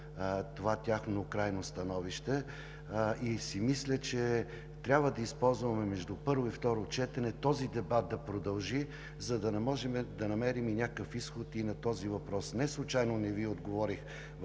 тяхно крайно становище и си мисля, че трябва да се възползваме между първо и второ четене този дебат да продължи, за да можем да намерим някакъв изход и на този въпрос. Неслучайно в първоначалното